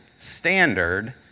standard